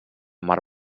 mar